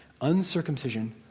uncircumcision